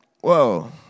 whoa